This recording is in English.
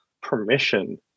permission